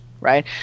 right